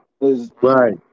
Right